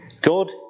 God